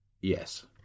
Yes